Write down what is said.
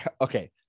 Okay